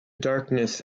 darkness